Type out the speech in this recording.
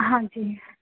ਹਾਂਜੀ